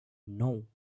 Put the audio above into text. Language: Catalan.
nou